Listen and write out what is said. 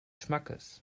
schmackes